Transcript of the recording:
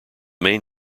main